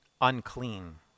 unclean